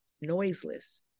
noiseless